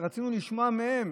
רצינו לשמוע מהן,